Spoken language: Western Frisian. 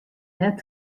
net